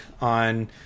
on